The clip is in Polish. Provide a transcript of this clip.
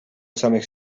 samych